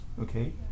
okay